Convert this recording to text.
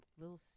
little